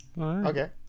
Okay